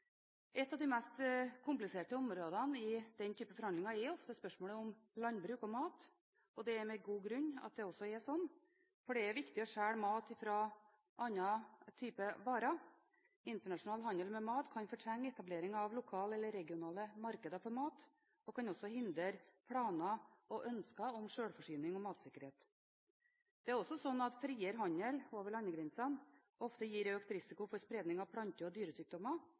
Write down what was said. Et av de mest kompliserte områdene i den typen forhandlinger er ofte spørsmålet om landbruk og mat. Det er også med god grunn at det er slik, for det er viktig å skille mat fra andre typer varer. Internasjonal handel med mat kan fortrenge etableringen av lokale eller regionale markeder for mat og hindre planer og ønsker om sjølforsyning og matsikkerhet. Friere handel over landegrensene gir også ofte økt risiko for spredning av plante- og dyresykdommer,